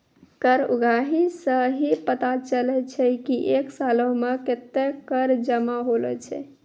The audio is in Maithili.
कर उगाही सं ही पता चलै छै की एक सालो मे कत्ते कर जमा होलो छै